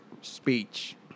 speech